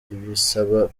ibasaba